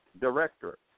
director